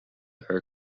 are